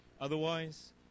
Otherwise